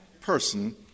person